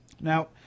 Now